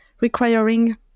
requiring